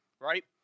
right